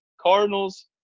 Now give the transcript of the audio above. Cardinals